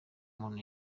muntu